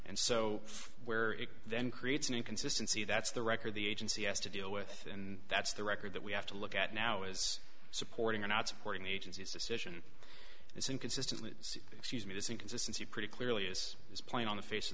and so where it then creates an inconsistency that's the record the agency has to deal with and that's the record that we have to look at now is supporting or not supporting the agency's decision this inconsistently excuse me this inconsistency pretty clearly this is playing on the face of